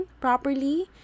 properly